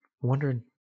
wondering